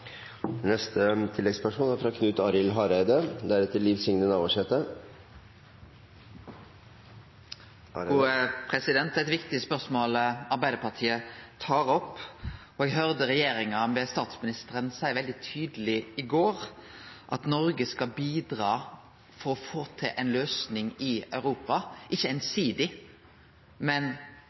Knut Arild Hareide – til oppfølgingsspørsmål. Det er eit viktig spørsmål Arbeidarpartiet tar opp. Eg høyrde regjeringa, ved statsministeren, i går seie veldig tydeleg at Noreg skal bidra for å få til ei løysing i Europa – ikkje einsidig, men